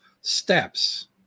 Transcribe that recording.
steps